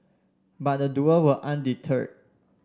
but the duo were undeterred